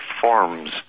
forms